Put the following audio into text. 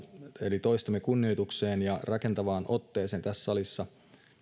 eli toistemme kunnioitukseen ja rakentavaan otteeseen tässä salissa